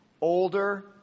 older